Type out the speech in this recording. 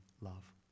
love